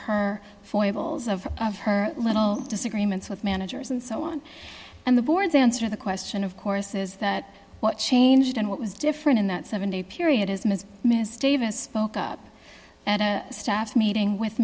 evils of her little disagreements with managers and so on and the board's answer the question of course is that what changed and what was different in that seven day period is ms misstatement spoke up at a staff meeting with